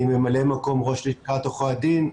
אני ממלא מקום ראש לשכת עורכי הדין,